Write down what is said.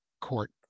court